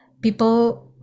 people